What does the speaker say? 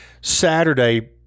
Saturday –